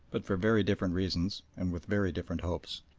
but for very different reasons and with very different hopes.